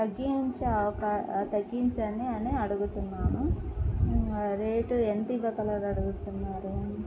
తగ్గించే అవకా తగ్గించని అని అడుగుతున్నాను రేటు ఎంత ఇవ్వగలరు అడుగుతున్నారు